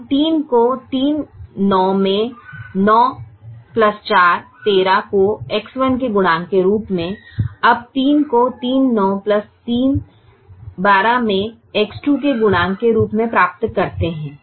हम 3 को 3 9 में 9 4 13 को x1 के गुणांक के रूप में अब 3 को 3 9 3 12 में X2 के गुणांक के रूप में प्राप्त करते हैं